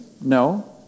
No